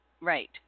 Right